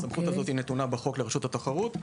הסמכות הזאת נתונה בחוק לרשות התחרות.